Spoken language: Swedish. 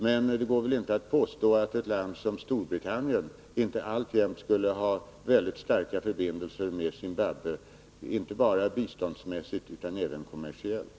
Men det går väl inte att påstå att ett land som Storbritannien inte alltjämt skulle ha mycket starka förbindelser med Zimbabwe, icke bara biståndsmässigt utan även kommersiellt.